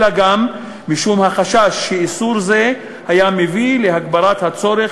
אלא גם משום החשש שאיסור זה היה מביא להגברת הצורך